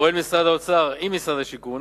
פועל משרד האוצר עם משרד השיכון